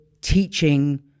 teaching